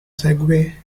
segway